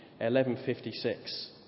1156